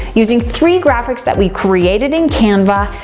using three graphics that we created in canva,